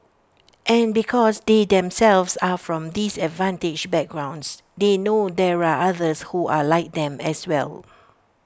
and because they themselves are from disadvantaged backgrounds they know there are others who are like them as well